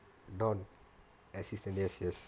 don assistant yes yes